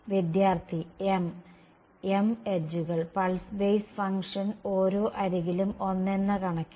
വിദ്യാർത്ഥി m m എഡ്ജുകൾ pulse base function ഓരോ അരികിലും ഒന്നെന്ന കണക്കിൽ